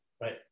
Right